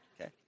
Okay